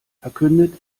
verkündet